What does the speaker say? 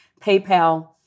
PayPal